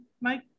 Mike